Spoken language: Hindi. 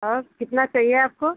और कितना चहिए आपको